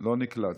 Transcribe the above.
לא נקלט.